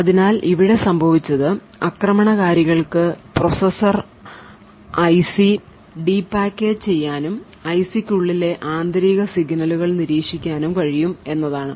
അതിനാൽ ഇവിടെ സംഭവിച്ചത് ആക്രമണകാരികൾക്ക് പ്രോസസർ ഐസി ഡി പാക്കേജ് ചെയ്യാനും ഐസിയ്ക്കുള്ളിലെ ആന്തരിക സിഗ്നലുകൾ നിരീക്ഷിക്കാനും കഴിയും എന്നതാണ്